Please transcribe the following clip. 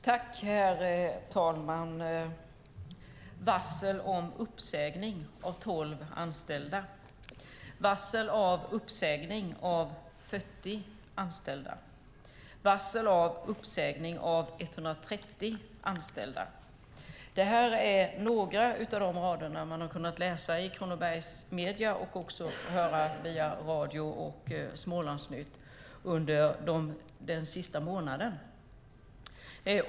Herr talman! Varsel om uppsägning av tolv anställda. Varsel om uppsägning av 40 anställda. Varsel om uppsägning av 130 anställda. Detta är några av de rader man har kunnat läsa i Kronobergs medier och också kunnat höra via radio och Smålandsnytt under den senaste månaden.